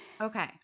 Okay